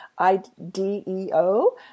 IDEO